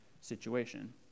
situation